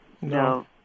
No